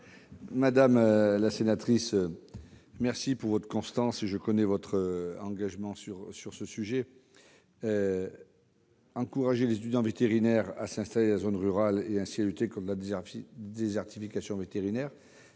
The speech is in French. Madame la sénatrice, je salue votre constance ! Je connais votre engagement sur ce sujet. Encourager les étudiants vétérinaires à s'installer en zones rurales et ainsi lutter contre la désertification vétérinaire